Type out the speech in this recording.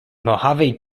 mojave